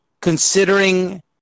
considering